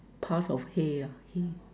parts of hue ah hue